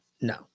no